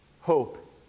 hope